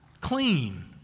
clean